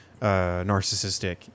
narcissistic